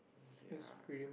ya